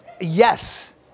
Yes